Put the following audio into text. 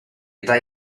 età